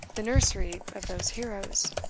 the nursery of those heroes,